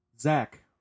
Zach